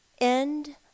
End